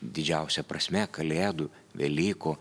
didžiausia prasme kalėdų velykų